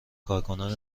کارکنان